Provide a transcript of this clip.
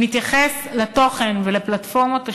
אם נתייחס לתוכן ולפלטפורמות השידור,